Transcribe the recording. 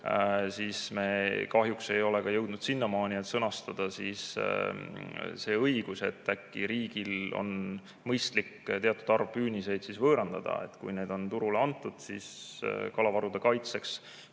ning kahjuks me ei ole ka jõudnud sinnamaani, et sõnastada see õigus. Äkki riigil oleks mõistlik teatud arv püüniseid võõrandada. Kui need on turule antud, siis kalavarude kaitseks